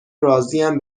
راضیم